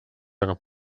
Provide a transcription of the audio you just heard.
taga